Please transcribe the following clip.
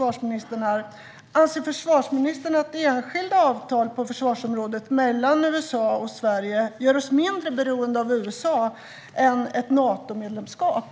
Anser försvarsministern att enskilda avtal på försvarsområdet mellan USA och Sverige gör oss mindre beroende av USA än ett Natomedlemskap?